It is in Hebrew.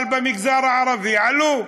אבל במגזר הערבי עלו.